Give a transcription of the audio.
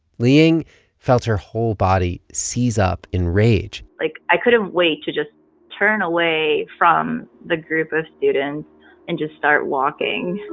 liying felt her whole body seize up in rage like, i couldn't wait to just turn away from the group of students and just start walking